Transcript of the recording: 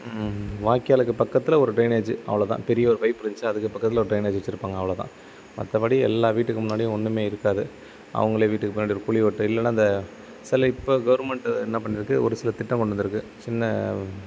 வாய்க்காலுக்கு பக்கத்தில் ஒரு ட்ரைனேஜ்ஜி அவ்வளோதான் பெரிய ஒரு பைப் இருந்துச்சி அதுக்கு பக்கத்தில் ஒரு ட்ரைனேஜ்ஜி வச்சுருப்பாங்க அவ்வளோதான் மற்றபடி எல்லா வீட்டுக்கு முன்னாடியும் ஒன்றுமே இருக்காது அவங்களே வீட்டுக்கு பின்னாடி ஒரு குழி வெட் இல்லைன்னா அந்த சில இப்போ கவுர்மண்ட்டு என்ன பண்ணியிருக்கு ஒரு சில திட்டம் கொண்டு வந்திருக்கு சின்ன